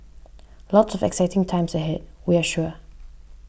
lots of exciting times ahead we're sure